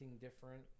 different